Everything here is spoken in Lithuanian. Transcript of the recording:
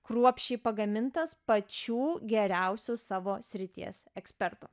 kruopščiai pagamintas pačių geriausių savo srities ekspertų